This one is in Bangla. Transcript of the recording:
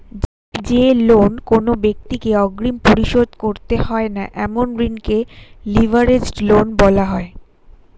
যে লোন কোনো ব্যাক্তিকে অগ্রিম পরিশোধ করতে হয় না এমন ঋণকে লিভারেজড লোন বলা হয়